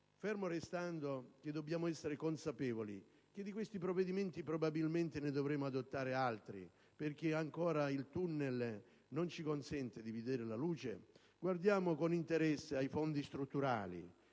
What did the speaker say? Fermo restando che dobbiamo essere consapevoli che di questi provvedimenti probabilmente ne dovremo adottare altri, perché il tunnel non ci consente ancora di vedere la luce, guardiamo con interesse ai fondi strutturali